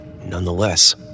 Nonetheless